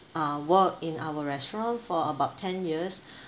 uh work in our restaurant for about ten years